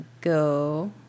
go